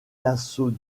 l’assaut